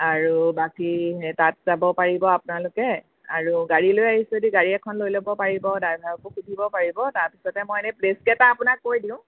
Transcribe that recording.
আৰু বাকী তাত যাব পাৰিব আপোনালোকে আৰু গাড়ী লৈ আহিছে যদি গাড়ী এখন লৈ ল'ব পাৰিব ড্ৰাইভাৰকো সুধিব পাৰিব তাৰপাছতে মই এনে প্লে'চকেইটা কৈ দিওঁ